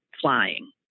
flying